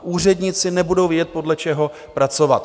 Úředníci nebudou vědět, podle čeho pracovat.